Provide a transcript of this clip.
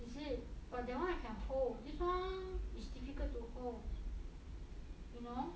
is it but that [one] I can hold this [one] is diffcult you know